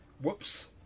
Whoops